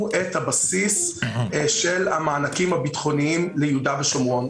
את הבסיס של המענקים הביטחוניים ליהודה ושומרון.